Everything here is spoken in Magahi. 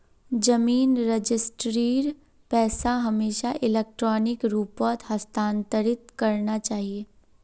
जमीन रजिस्ट्रीर पैसा हमेशा इलेक्ट्रॉनिक रूपत हस्तांतरित करना चाहिए